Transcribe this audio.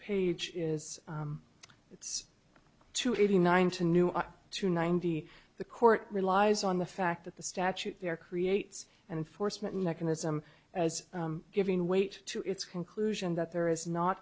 page is it's two eighty nine to new up to ninety the court relies on the fact that the statute there creates an forcemeat mechanism as giving weight to its conclusion that there is not